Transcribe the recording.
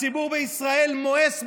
הציבור בישראל מואס בכם.